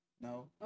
No